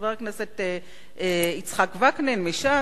חבר הכנסת יצחק וקנין מש"ס,